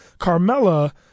Carmella